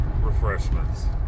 refreshments